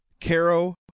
Caro